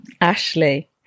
Ashley